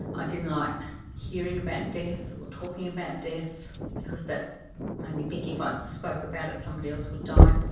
i didn't like hearing about death or talking about death because that made me think if i spoke about it somebody else would die.